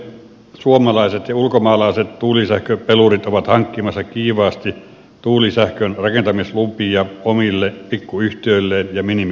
suomalaiset ja ulkomaalaiset tuulisähköpelurit ovat hankkimassa kiivaasti tuulisähkön rakentamislupia omille pikkuyhtiöilleen ja minimirahalla